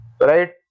right